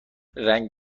رنگین